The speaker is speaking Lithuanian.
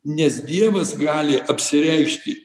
nes dievas gali apsireikšti